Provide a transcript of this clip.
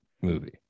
movie